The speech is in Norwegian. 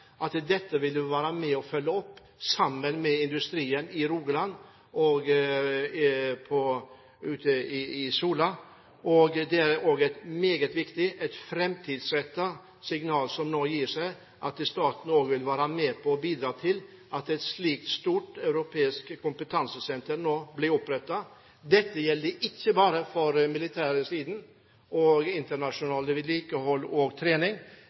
at dette vil vi være med og følge opp sammen med industrien i Rogaland og på Sola. Det gis nå et meget viktig, fremtidsrettet signal, og staten vil også være med på å bidra til at et slikt stort europeisk kompetansesenter nå blir opprettet. Dette gjelder ikke bare for den militære siden og internasjonal trening og vedlikehold – dette gjelder i aller høyeste grad også for den aktiviteten som er på norsk sokkel innenfor olje- og